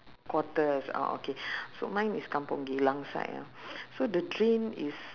quarters oh okay so mine is kampung geylang side ah so the drain is